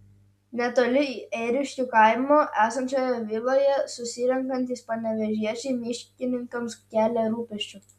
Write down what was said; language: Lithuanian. netoli ėriškių kaimo esančioje viloje susirenkantys panevėžiečiai miškininkams kelia rūpesčių